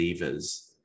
levers